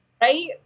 right